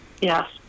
yes